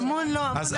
"אמון" אין בחקיקה.